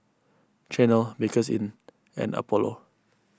Chanel Bakerzin and Apollo